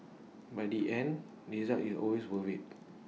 but the end result is always worth IT